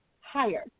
higher